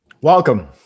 Welcome